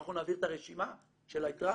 אנחנו נעביר את הרשימה של היתרה.